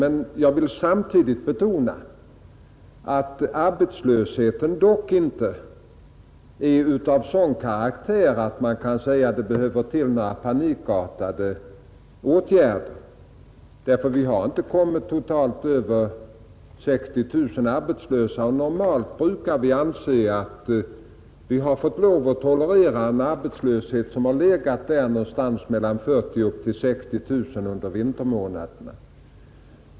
Men jag vill samtidigt betona att arbetslösheten dock inte är av en sådan karaktär att man kan säga att det behövs några panikartade åtgärder. Vi har inte totalt kommit över 60 000 arbetslösa, och normalt brukar vi anse att vi har fått lov att tolerera en arbetslöshet som legat någonstans mellan 40 000 och 60 000 under vintern.